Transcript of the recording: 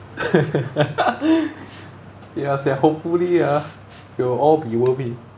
ya sia hopefully ah it'll all be worth it